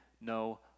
no